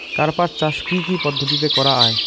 কার্পাস চাষ কী কী পদ্ধতিতে করা য়ায়?